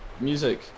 music